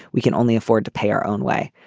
we can only afford to pay our own way.